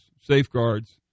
safeguards